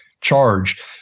charge